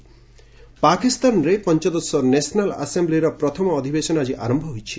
Pak assembly ପାକିସ୍ତାନରେ ପଞ୍ଚଦଶ national assembly ପ୍ରଥମ ଅଧିବେଶନ ଆଜି ଆରମ୍ଭ ହୋଇଛି